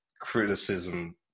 criticism